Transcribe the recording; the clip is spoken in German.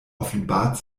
offenbart